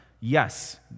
Yes